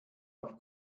auf